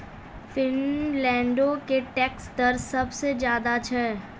फिनलैंडो के टैक्स दर सभ से ज्यादे छै